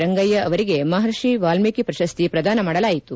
ರಂಗಯ್ಕ ಅವರಿಗೆ ಮಹರ್ಷಿ ವಾಲ್ಮೀಕಿ ಪ್ರಶಸ್ತಿ ಪ್ರದಾನ ಮಾಡಲಾಯಿತು